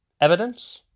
evidence